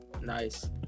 nice